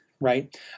right